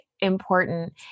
important